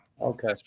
Okay